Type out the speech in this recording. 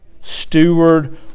steward